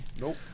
Nope